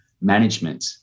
management